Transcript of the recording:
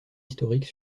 historique